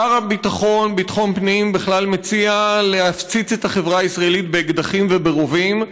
השר לביטחון הפנים בכלל מציע להפציץ את החברה הישראלית באקדחים וברובים,